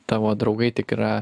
tavo draugai tikra